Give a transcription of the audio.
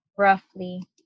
roughly